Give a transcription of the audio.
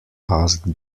asked